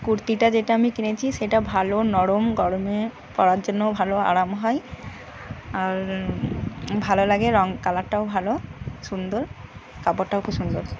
কুর্তিটা যেটা আমি কিনেছি সেটা ভালো নরম গরমে পরার জন্যও ভালো আরাম হয় আর ভালো লাগে রঙ কালারটাও ভালো সুন্দর কাপড়টাও খুব সুন্দর